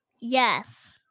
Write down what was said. Yes